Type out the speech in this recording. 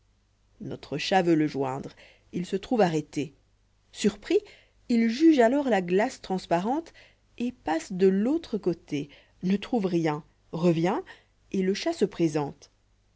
notre chat veut le joindre il se trouve arrête surpris il juge alors la glace transparente et passe de l'autre côté ne trouve rien revient et le chat se présente